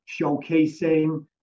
showcasing